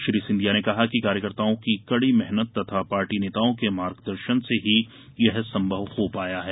श्री सिंधिया ने कहा कि कार्यकर्त्ताओं की कड़ी मेहनत तथा पार्टी नेताओं के मार्गदर्शन से ही यह संभव हो पाया है